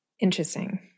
Interesting